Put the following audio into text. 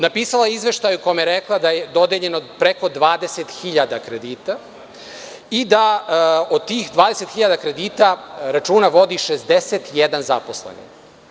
Napisala je izveštaj u kome je rekla da je dodeljeno preko 20.000 kredita i da od tih 20.000 kredita računa vodi 61 zaposleni.